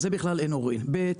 על זה אין עוררין בכלל.